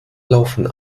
laufen